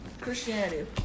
Christianity